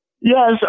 Yes